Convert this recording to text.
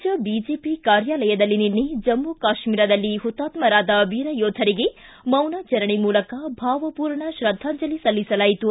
ರಾಜ್ಯ ಬಿಜೆಪಿ ಕಾರ್ಯಾಲಯದಲ್ಲಿ ನಿನ್ನೆ ಜಮ್ಮ ಕಾಶ್ಮೀರದಲ್ಲಿ ಹುತಾತ್ಮರಾದ ವೀರಯೋಧರಿಗೆ ಮೌನಾಚರಣೆ ಮೂಲಕ ಭಾವಪೂರ್ಣ ಕ್ರದ್ಧಾಂಜಲಿ ಸಲ್ಲಿಸಲಾಯಿತು